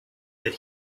that